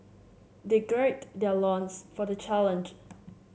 they gird their loins for the challenge